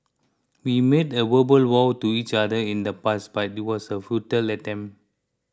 we made a verbal vows to each other in the past but it was a futile attempt